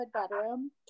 bedroom